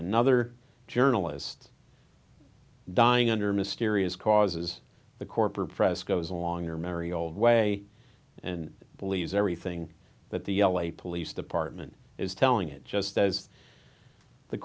another journalist dying under mysterious causes the corporate frescoes along your merry old way and believe everything that the l a police department is telling it just as the